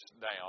down